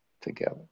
together